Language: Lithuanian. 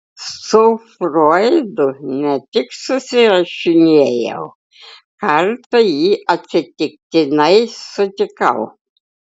su froidu ne tik susirašinėjau kartą jį atsitiktinai sutikau